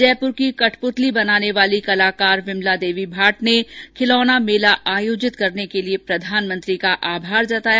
जयपुर की कठपुतली बनाने वाली कलाकार विमला देवी भाट ने खिलौना मेला आयोजित करने के लिए प्रधानमंत्री का आभार जताया